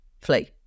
flee